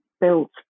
built